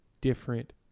different